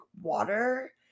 water